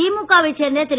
திமுகவை சேர்ந்த திரு